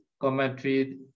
commentary